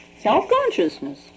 self-consciousness